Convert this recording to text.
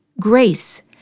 Grace